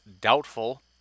doubtful